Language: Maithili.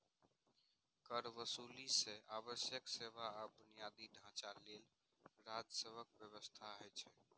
कर वसूली सं आवश्यक सेवा आ बुनियादी ढांचा लेल राजस्वक व्यवस्था होइ छै